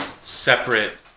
separate